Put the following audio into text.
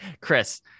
chris